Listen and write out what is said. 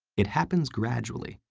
it happens gradually,